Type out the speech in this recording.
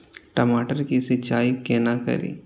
टमाटर की सीचाई केना करी?